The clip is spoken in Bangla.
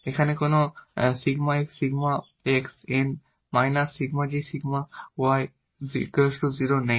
এখানে কোন 𝜕𝑥 𝜕𝑥 𝑁 𝜕𝑔 𝜕𝑦 0 নেই